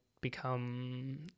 become